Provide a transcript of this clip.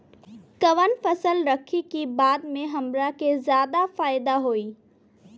कवन फसल रखी कि बाद में हमरा के ज्यादा फायदा होयी?